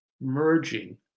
merging